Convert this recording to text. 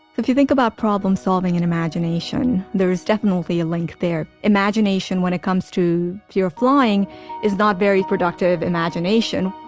if you think about problem-solving and imagination, there is definitely a link there. imagination when it comes to fear of flying is not very productive imagination.